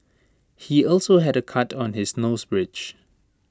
he also had A cut on his nose bridge